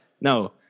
no